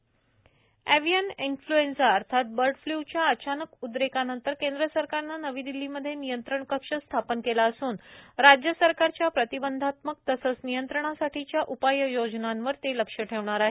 bird flu avian influenza अर्थात bird फ्लूच्या अचानक उद्रेकानंतर केंद्र सरकारने नवी दिल्लीमध्ये नियंत्रण कक्ष स्थापन केला असून राज्य सरकारच्या प्रतिबंधात्मक तसेच नियंत्रणा साठीच्या उपाययोजनांवर लक्ष ठेवणार आहेत